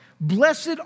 Blessed